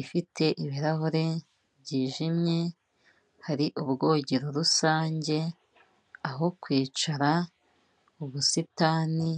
ifite ibirahure byijimye, hari ubwogero rusange, aho kwicara, ubusitani